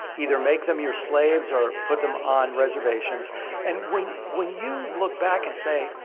either make them your slaves or put them on reservations and when when you look back and say,